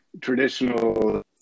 traditional